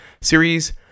series